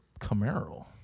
Camaro